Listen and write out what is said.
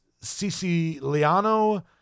Siciliano